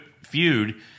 feud